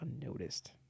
unnoticed